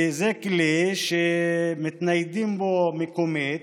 כי זה כלי שמתניידים בו מקומית,